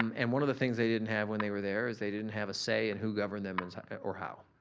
um and one of the things they didn't have when they were there is they didn't have a say in who governed them or how.